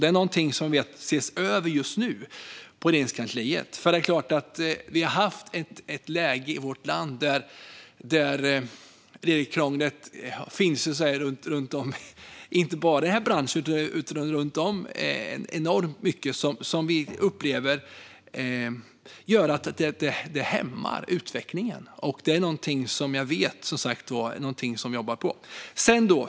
Det är något som ses över just nu på Regeringskansliet. Vi har haft ett läge i vårt land med enormt mycket regelkrångel, inte bara i den här branschen, som vi upplever hämmar utvecklingen. Jag vet som sagt att detta är något som det jobbas på.